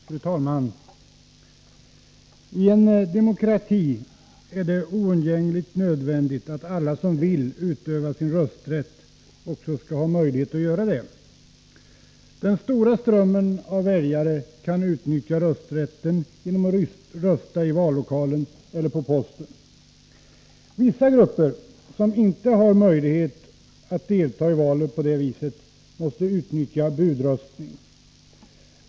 Fru talman! I en demokrati är det oundgängligen nödvändigt att alla som vill utöva sin rösträtt också skall ha möjlighet att göra detta. Den stora strömmen av väljare kan utnyttja rösträtten genom att rösta i vallokal eller på posten. Vissa grupper, som inte har möjlighet att delta i valet på det viset, måste utnyttja budröstning.